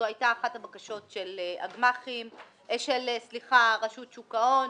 זאת הייתה אחת הבקשות של רשות שוק ההון